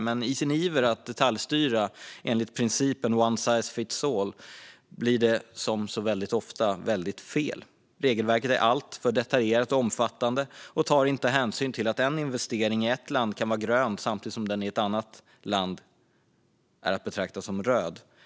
Men i ivern att detaljstyra enligt principen one size fits all blir det, som ofta, väldigt fel. Regelverket är alltför detaljerat och omfattande och tar inte hänsyn till att en investering kan vara grön i ett land samtidigt som den i ett annat land är att betrakta som röd.